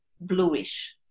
bluish